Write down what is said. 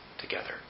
together